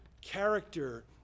character